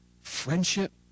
friendship